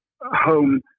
home